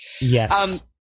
Yes